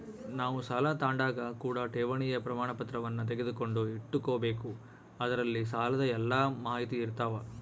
ನಾವು ಸಾಲ ತಾಂಡಾಗ ಕೂಡ ಠೇವಣಿಯ ಪ್ರಮಾಣಪತ್ರವನ್ನ ತೆಗೆದುಕೊಂಡು ಇಟ್ಟುಕೊಬೆಕು ಅದರಲ್ಲಿ ಸಾಲದ ಎಲ್ಲ ಮಾಹಿತಿಯಿರ್ತವ